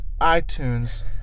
iTunes